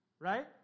right